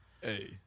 Hey